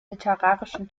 literarischen